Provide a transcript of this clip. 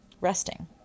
resting